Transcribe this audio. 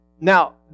Now